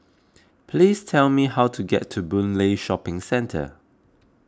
please tell me how to get to Boon Lay Shopping Centre